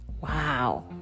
wow